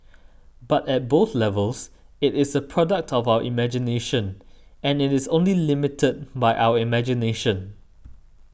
but at both levels it is a product of our imagination and it is only limited by our imagination